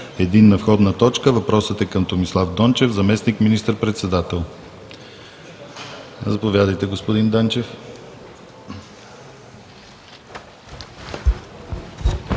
„Единна входна точка“. Въпросът е към Томислав Дончев – заместник министър-председател. Заповядайте, господин Данчев.